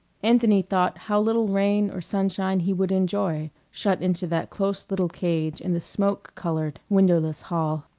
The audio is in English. anthony thought how little rain or sunshine he would enjoy shut into that close little cage in the smoke-colored, windowless hall.